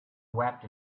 wept